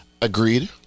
Agreed